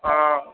हँ